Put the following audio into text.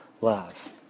love